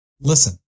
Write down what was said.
Listen